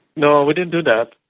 no, we didn't do that.